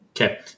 Okay